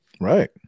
right